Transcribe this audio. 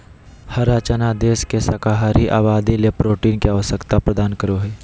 हरा चना देश के शाकाहारी आबादी ले प्रोटीन के आवश्यकता प्रदान करो हइ